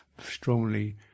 strongly